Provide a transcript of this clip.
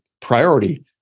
priority